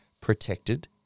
protected